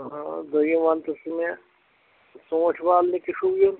دوٚیِم وَنتہٕ ژٕ مےٚ ژوٗنٛٹھۍ والنہِ تہِ چھُو یُن